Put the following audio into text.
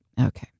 okay